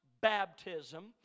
baptism